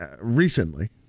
recently